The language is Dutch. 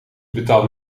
betaalt